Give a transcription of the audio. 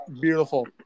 Beautiful